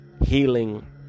healing